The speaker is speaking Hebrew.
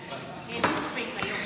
כיסוי (תיקון, הקלות בהגבלת חשבון), התשפ"ג 2023,